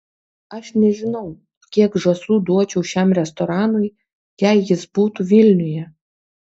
aš nežinau kiek žąsų duočiau šiam restoranui jei jis būtų vilniuje